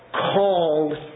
called